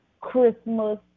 Christmas